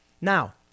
Now